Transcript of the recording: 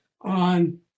on